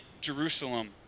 Jerusalem